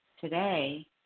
Today